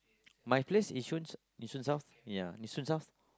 my places Yishun Yishun South ya Yishun South